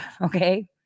okay